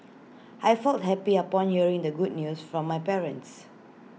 I felt happy upon hearing the good news from my parents